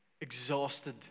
exhausted